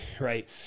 right